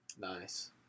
nice